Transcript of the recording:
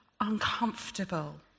uncomfortable